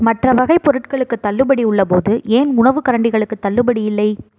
மற்ற வகைப் பொருட்களுக்குத் தள்ளுபடி உள்ளபோது ஏன் உணவுக் கரண்டிகளுக்கு தள்ளுபடி இல்லை